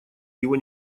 его